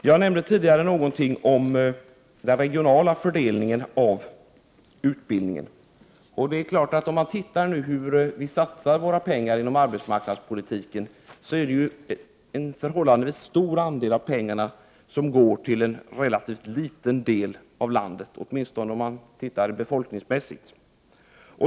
Jag nämnde tidigare någonting om den regionala fördelningen av utbildningen. Om man ser efter hur vi satsar våra pengar, finner man att en förhållandevis stor andel av pengarna går till en relativt liten del av landet, åtminstone befolkningsmässigt.